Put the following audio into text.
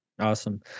Awesome